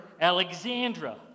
Alexandra